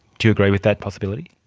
do you agree with that possibility?